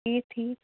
ٹھیٖک ٹھیٖک